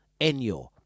Enyo